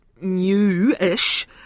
new-ish